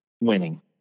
winning